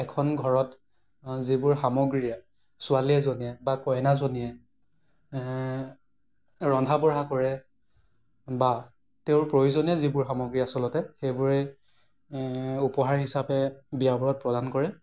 এখন ঘৰত যিবোৰ সামগ্ৰীৰে ছোৱালী এজনীয়ে বা কইনাজনীয়ে ৰন্ধা বঢ়া কৰে বা তেওঁৰ প্ৰয়োজনীয়ে যিবোৰ সামগ্ৰী আচলতে সেইবোৰেই উপহাৰ হিচাপে বিয়াবোৰত প্ৰদান কৰে